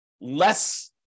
less